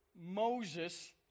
Moses